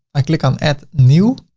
i click on add new,